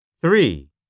Three